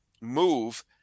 move